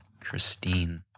Christine